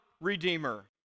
Redeemer